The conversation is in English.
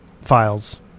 files